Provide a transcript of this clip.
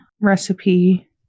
recipe